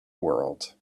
world